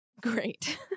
great